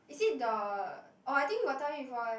is it the orh I think you got tell me before eh